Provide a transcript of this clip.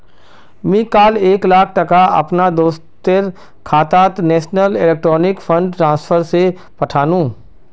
मी काल एक लाख टका अपना दोस्टर खातात नेशनल इलेक्ट्रॉनिक फण्ड ट्रान्सफर से पथानु